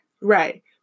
Right